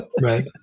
Right